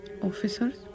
officers